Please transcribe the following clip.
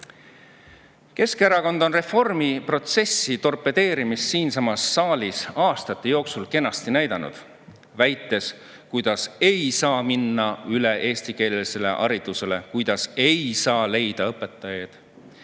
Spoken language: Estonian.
Keskerakond on reformiprotsessi torpedeerimist siinsamas saalis aastate jooksul kenasti näidanud, väites, et ei saa minna üle eestikeelsele haridusele, kuna ei leia õpetajaid.